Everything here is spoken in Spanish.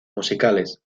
musicales